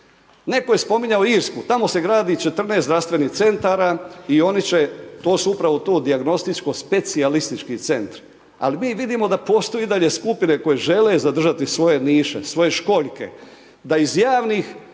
Netko je spominje Irsku, tamo se gradi 14 zdravstvenih centara i oni će to su upravo tu dijagnostičko specijalistički centri. Ali mi vidimo da postoji i dalje skupine koje žele zadržati svoje niše, svoje školjke, da iz javnih